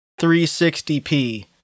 360p